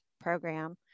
Program